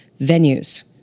venues